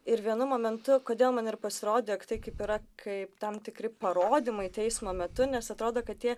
ir vienu momentu kodėl man ir pasirodė jog tai kaip yra kaip tam tikri parodymai teismo metu nes atrodo kad tie